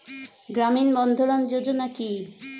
গ্রামীণ বন্ধরন যোজনা কি?